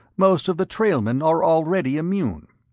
most of the trailmen are already immune.